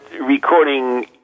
recording